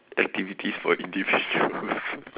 activities for individuals